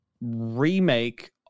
remake